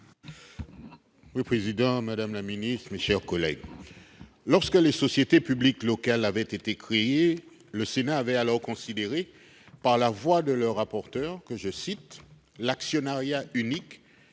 le président, madame la ministre, mes chers collègues, lorsque les sociétés publiques locales, les SPL, ont été créées, le Sénat avait considéré, par la voix de son rapporteur, que « l'actionnariat unique